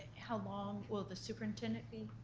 how long will the superintendent be?